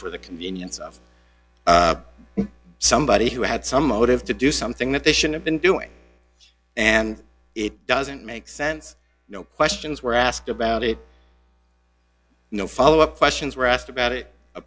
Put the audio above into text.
for the convenience of somebody who had some motive to do something that they should have been doing and it doesn't make sense no questions were asked about it no follow up questions were asked about it a